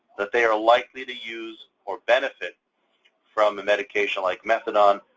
that they are likely to use or benefit from a medication like methadone,